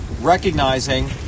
recognizing